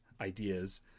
ideas